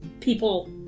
people